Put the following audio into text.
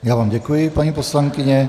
Já vám děkuji, paní poslankyně.